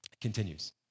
continues